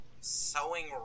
sewing